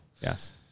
Yes